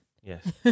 Yes